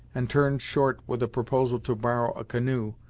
and turned short with a proposal to borrow a canoe,